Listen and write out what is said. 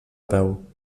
peu